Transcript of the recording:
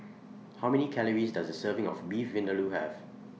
How Many Calories Does A Serving of Beef Vindaloo Have